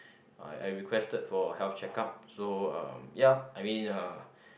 I I requested for health checkup so uh ya I mean uh